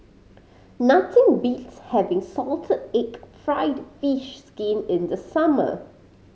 nothing beats having salted egg fried fish skin in the summer